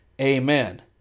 Amen